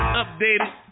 updated